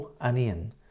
onion